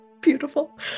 Beautiful